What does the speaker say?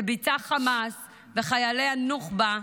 שביצעו חמאס וחיילי הנוח'בה,